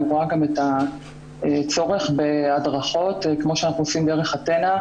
אני רואה גם את הצורך בהדרכות כמו שאנחנו עושים דרך "אתנה",